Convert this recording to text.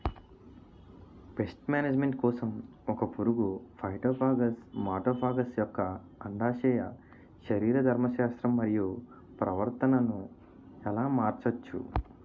Paste management కోసం ఒక పురుగు ఫైటోఫాగస్హె మటోఫాగస్ యెక్క అండాశయ శరీరధర్మ శాస్త్రం మరియు ప్రవర్తనను ఎలా మార్చచ్చు?